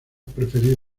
preferir